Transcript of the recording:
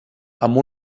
amb